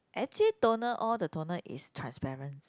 actually toner all the toner is transparent